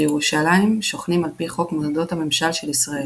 בירושלים שוכנים על פי חוק מוסדות הממשל של ישראל